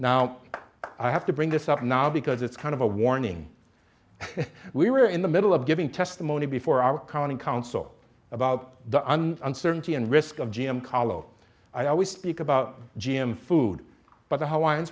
now i have to bring this up now because it's kind of a warning we were in the middle of giving testimony before our county council about the uncertainty and risk of g m kahlo i always speak about g m food but the h